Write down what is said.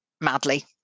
madly